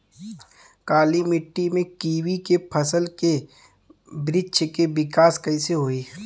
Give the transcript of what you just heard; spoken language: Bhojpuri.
काली मिट्टी में कीवी के फल के बृछ के विकास कइसे होई?